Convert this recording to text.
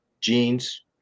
jeans